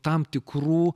tam tikrų